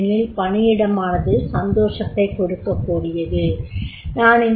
ஏனெனில் பணியிடமானது சந்தோஷத்தைக் கொடுக்கக்கூடிய ஒன்று